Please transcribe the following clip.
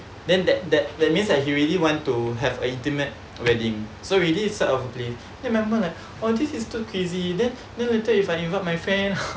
then that that that means that he really want to have ultimate wedding so really sort of blame remember leh all these is too crazy then let me take you find even my friend